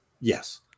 Yes